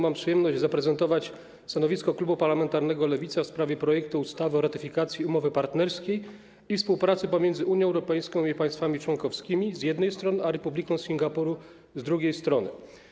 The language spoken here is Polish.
Mam przyjemność zaprezentować stanowisko klubu parlamentarnego Lewica w sprawie projektu ustawy o ratyfikacji Umowy o partnerstwie i współpracy pomiędzy Unią Europejską i jej państwami członkowskimi, z jednej strony, a Republiką Singapuru, z drugiej strony.